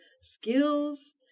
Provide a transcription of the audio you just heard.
skills